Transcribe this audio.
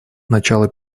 начало